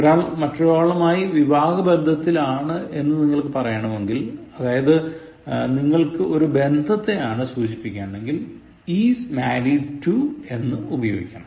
ഒരാൾ മറ്റൊരാളുമായി വിവാഹബന്ധത്തിലാണ് എന്ന് നിങ്ങൾക്കു പറയണമെങ്കിൽ അതായത് നിങ്ങൾക്ക് ഒരു ബന്ധത്തെയാണ് സൂചിപ്പിക്കേണ്ടതെങ്കിൽ is married to എന്ന് ഉപയോഗിക്കണം